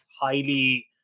highly